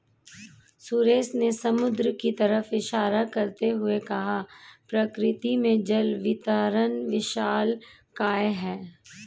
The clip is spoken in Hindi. सुरेश ने समुद्र की तरफ इशारा करते हुए कहा प्रकृति में जल वितरण विशालकाय है